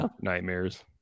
nightmares